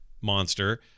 monster